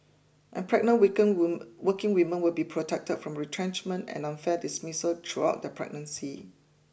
and pregnant working women will be protected from retrenchment and unfair dismissal throughout their pregnancy